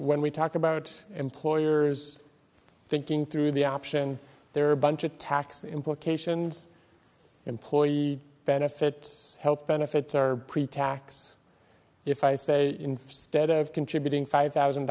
when we talked about employers thinking through the option there are a bunch of tax implications employee benefits health benefits are pretax if i say in stead of contributing five thousand